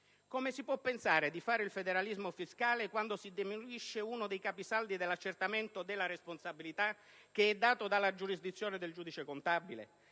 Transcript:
come si può pensare di fare il federalismo fiscale quando si demolisce uno dei capisaldi dell'accertamento della responsabilità, che è dato dalla giurisdizione del giudice contabile?